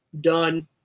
done